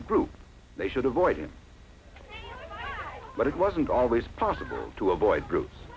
a group they should avoid it but it wasn't always possible to avoid group